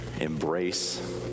embrace